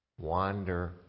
wander